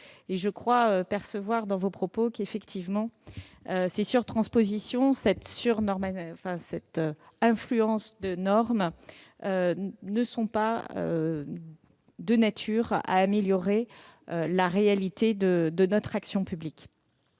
» Je crois percevoir dans vos propos l'idée que les surtranspositions et l'affluence de normes ne sont pas de nature à améliorer la réalité de notre action publique.